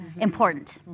important